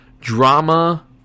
drama